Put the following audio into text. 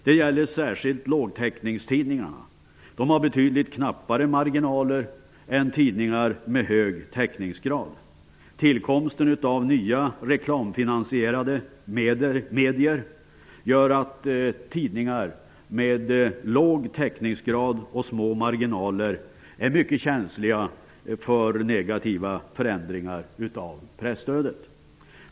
Det gäller särskilt lågtäckningstidningarna, som har betydligt knappare marginaler än tidningar med hög täckningsgrad. Tillkomsten av nya reklamfinansierade medier gör att tidningar med låg täckningsgrad och små marginaler är mycket känsliga för negativa förändringar av presstödet.